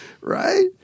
Right